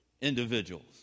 individuals